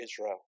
Israel